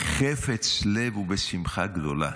בחפץ לב ובשמחה גדולה,